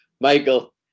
Michael